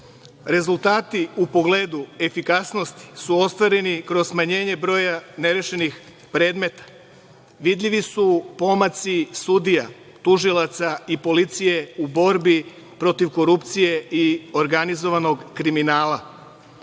Rezultati u pogledu efikasnosti su ostvareni kroz smanjenje broja nerešenih predmeta. Vidljivi su pomaci sudija, tužilaca i policije u borbi protiv korupcije i organizovanog kriminala. Nacionalna